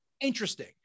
interesting